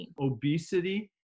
Obesity